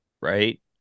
right